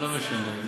לא משנה,